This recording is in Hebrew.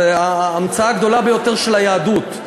זו ההמצאה הגדולה ביותר של היהדות,